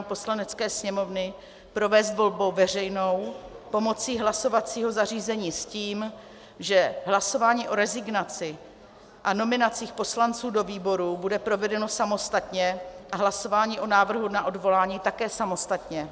Poslanecké sněmovny provést volbou veřejnou pomocí hlasovacího zařízení s tím, že hlasování o rezignaci a nominacích poslanců do výborů bude provedeno samostatně a hlasování o návrhu na odvolání také samostatně.